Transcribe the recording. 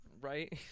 Right